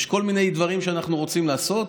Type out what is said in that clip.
יש כל מיני דברים שאנחנו רוצים לעשות,